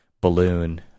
balloon